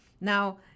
Now